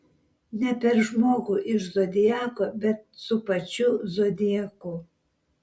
ne per žmogų iš zodiako bet su pačiu zodiaku